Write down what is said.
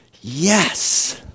yes